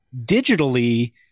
digitally